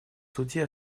суде